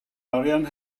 arian